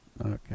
okay